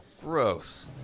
gross